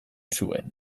zuen